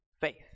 faith